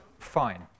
Fine